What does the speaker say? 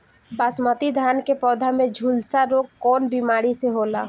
बासमती धान क पौधा में झुलसा रोग कौन बिमारी से होला?